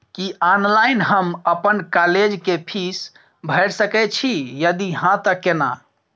की online हम अपन college के फीस भैर सके छि यदि हाँ त केना?